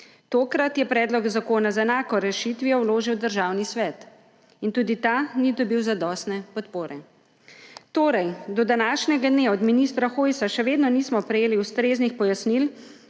Tokrat je predlog zakona z enako rešitvijo vložil Državni svet. In tudi ta ni dobil zadostne podpore. Torej do današnjega dne od ministra Hojsa še vedno nismo prejeli ustreznih pojasnil,